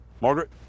margaret